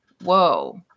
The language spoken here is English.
whoa